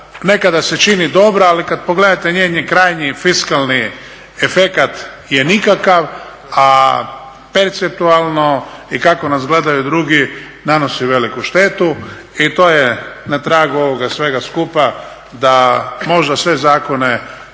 nekada se čini dobra ali kada pogledate njen krajnji fiskalni efekat je nikakav a perceptualno i kako nas gledaju drugi nanosi veliku štetu. I to je na tragu ovoga svega skupa da možda sve zakone,